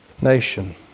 nation